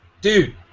dude